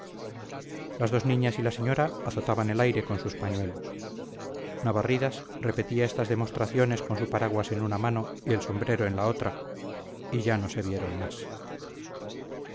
las dos niñas y la señora azotaban el aire con sus pañuelos navarridas repetía estas demostraciones con su paraguas en una mano y el sombrero en la otra y ya no se vieron más